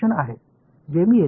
எனவே இதை நான் எழுதலாம்